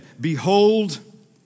behold